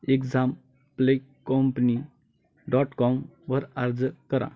exam play company dot com वर अर्ज करा